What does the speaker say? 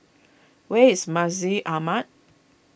where is Masjid Ahmad